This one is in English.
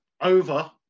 over